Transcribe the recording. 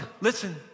listen